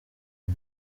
ino